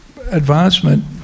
advancement